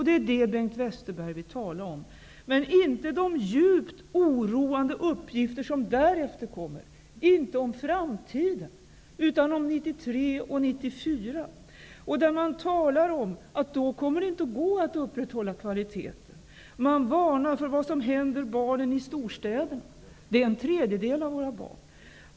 Det är detta Bengt Westerberg vill tala om men inte om de djupt oroande uppgifter som därefter kommer, inte om framtiden utan om 1993 och 1994. Där talas det om att då kommer det inte att gå att upprätthålla kvalitet. Det varnas nu för vad som händer barnen i storstäderna. Det är en tredjedel av våra barn.